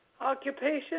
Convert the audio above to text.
Occupation